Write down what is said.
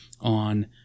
on